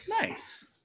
nice